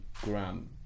gram